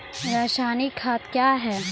रसायनिक खाद कया हैं?